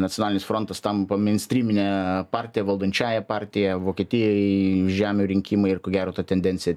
nacionalinis frontas tampa mynstrymine partija valdančiąja partija vokietijoj žemių rinkimai ir ko gero ta tendencija